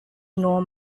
nor